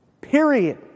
period